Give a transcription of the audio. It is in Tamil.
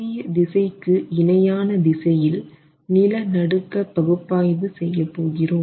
சிறிய திசைக்கு இணையான திசையில் நிலநடுக்க பகுப்பாய்வு செய்ய போகிறோம்